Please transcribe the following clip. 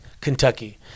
Kentucky